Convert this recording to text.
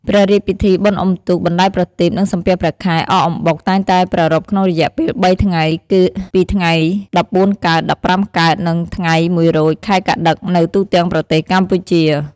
ព្រះរាជពិធីបុណ្យអ៊ំុទូក បណ្តែតប្រទីប និងសំពះព្រះខែ អកអំបុក តែងតែប្រារព្ធក្នុងរយៈពេល៣ថ្ងៃ គឺពីថ្ងៃ១៤កើត ១៥កើត និងថ្ងៃ១រោច ខែកត្តិក នៅទូទាំងប្រទេសកម្ពុជា។